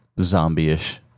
zombie-ish